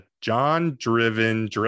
John-driven